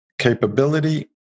capability